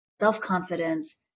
self-confidence